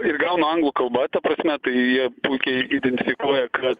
ir gaunu anglų kalba ta prasme tai jie puikiai identifikuoja kad